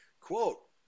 Quote